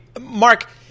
Mark